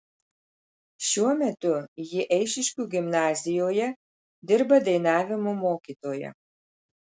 šiuo metu ji eišiškių gimnazijoje dirba dainavimo mokytoja